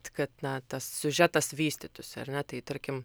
tai kad na tas siužetas vystytųsi ar ne tai tarkim